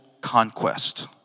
conquest